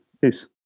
Peace